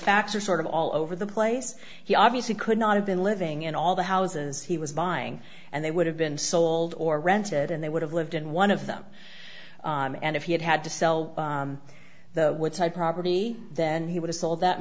facts are sort of all over the place he obviously could not have been living in all the houses he was buying and they would have been sold or rented and they would have lived in one of them and if he had had to sell the woodside property then he would a soul that